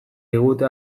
digute